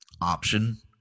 option